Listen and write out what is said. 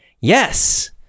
Yes